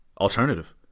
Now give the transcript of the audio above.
alternative